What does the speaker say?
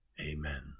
amen